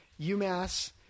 UMass